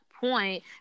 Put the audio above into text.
point